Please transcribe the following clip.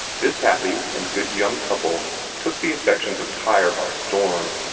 this happy and good young couple took the affections of tyre by storm.